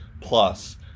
plus